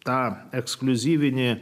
tą ekskliuzyvinė